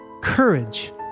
Courage